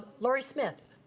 laurie smith.